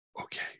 Okay